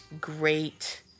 great